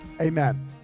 amen